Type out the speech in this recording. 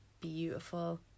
beautiful